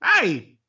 hey